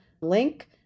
link